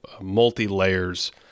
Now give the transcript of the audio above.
multi-layers